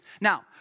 Now